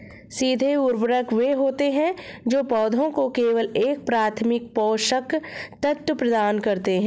सीधे उर्वरक वे होते हैं जो पौधों को केवल एक प्राथमिक पोषक तत्व प्रदान करते हैं